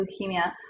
leukemia